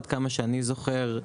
עד כמה שאני זוכר,